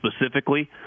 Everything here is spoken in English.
specifically